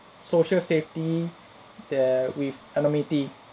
social safety the with anonymity